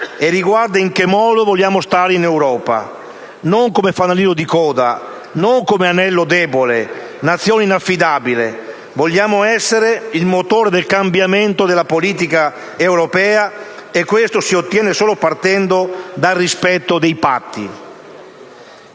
e riguarda il modo in cui vogliamo stare in Europa: non come fanalino di coda, non come anello debole, nazione inaffidabile; vogliamo essere il motore del cambiamento della politica europea, e questo lo si ottiene solo partendo dal rispetto dei patti.